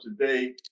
today